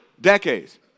Decades